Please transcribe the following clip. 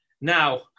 Now